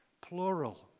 Plural